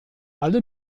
alle